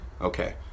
Okay